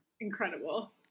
incredible